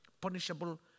punishable